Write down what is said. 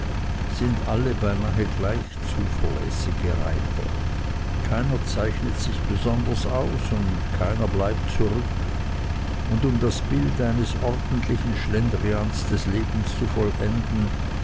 sind alle beinahe gleich zuverlässige reiter keiner zeichnet sich besonders aus und keiner bleibt zurück und um das bild eines ordentlichen schlendrians des lebens zu vollenden